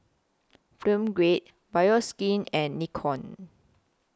Film Grade Bioskin and Nikon